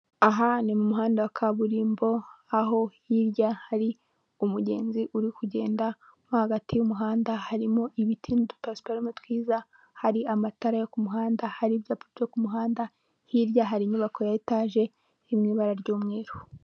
Aha ni mu muhanda wa kaburimbo aho hirya hari umugenzi uri kugenda, mo hagati y'umuhanda harimo ibiti n'udupaparoma twiza hari amatara yo ku muhanda hari ibyapa byo ku muhanda hirya hari inyubako ya etaje iri mu ibara ry'umweru.